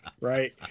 Right